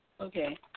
Okay